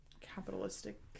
capitalistic